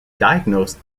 diagnosed